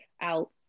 out